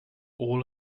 all